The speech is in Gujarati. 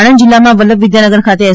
આણંદ જિલ્લામાં વલ્લભ વિદ્યાનગર ખાતે એસ